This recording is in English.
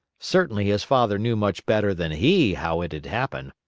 certainly his father knew much better than he how it had happened.